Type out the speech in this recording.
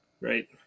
Right